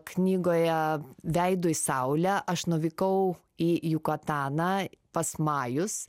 knygoje veidu į saulę aš nuvykau į jukataną pas majus